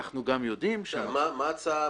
מה ההצעה?